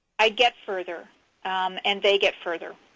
i get further and they get further.